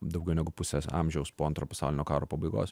daugiau negu pusės amžiaus po antro pasaulinio karo pabaigos